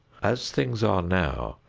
as things are now,